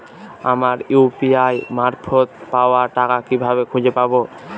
আমার ইউ.পি.আই মারফত পাওয়া টাকা কিভাবে খুঁজে পাব?